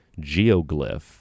geoglyph